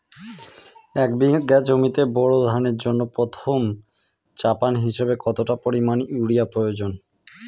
এক বিঘা জমিতে বোরো ধানের জন্য প্রথম চাপান হিসাবে কতটা পরিমাণ ইউরিয়া প্রয়োজন?